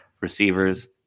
receivers